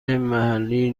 محلی